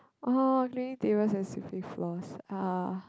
orh cleaning tables and sweeping floors uh